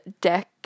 deck